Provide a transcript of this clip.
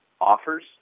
offers